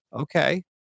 Okay